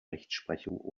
rechtsprechung